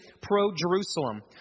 pro-Jerusalem